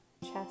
chest